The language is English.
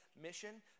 mission